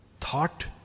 Thought